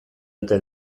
ote